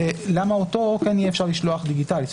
למה אותו כן יהיה אפשר לשלוח דיגיטלית?